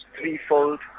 threefold